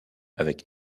avec